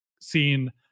seen